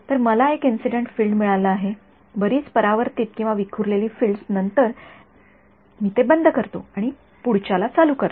तर मला एक इंसीडन्ट फील्ड मिळालं आहे बरीच परावर्तित किंवा विखुरलेली फील्डसनंतर मी ते बंद करतो आणि पुढच्याला चालू करतो